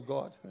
God